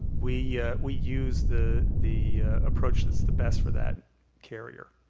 we yeah we use the the approach that's the best for that carrier.